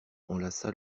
enlaça